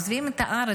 עוזבים את הארץ?